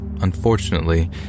unfortunately